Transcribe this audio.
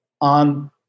on